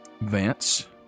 Vance